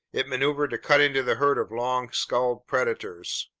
it maneuvered to cut into the herd of long-skulled predators.